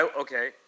Okay